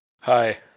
hi